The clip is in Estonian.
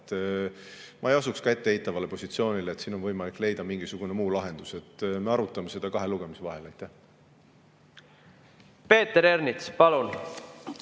Ma ei asuks ette eitavale positsioonile, et kas siin on võimalik leida mingi muu lahendus. Me arutame seda kahe lugemise vahel. Peeter Ernits, palun!